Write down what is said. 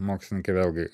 mokslininkai vėlgi